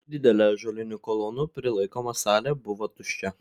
didelė ąžuolinių kolonų prilaikoma salė buvo tuščia